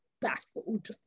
baffled